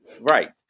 Right